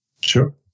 Sure